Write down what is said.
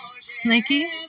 Snaky